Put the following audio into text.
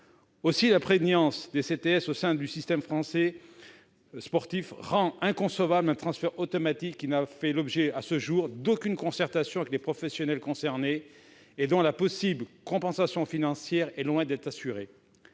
Aussi la prégnance des CTS au sein du système sportif français rend-elle inconcevable un transfert automatique qui n'a fait l'objet, à ce jour, d'aucune concertation avec les professionnels concernés et dont la possible compensation financière est loin d'être assurée.